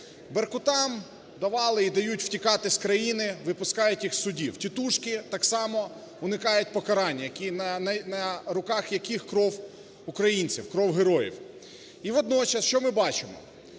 Беркутам давали і дають втікати з країни, випускають їх з судів, тітушки так само уникають покарання, на руках яких кров українців, кров героїв. І водночас що ми бачимо?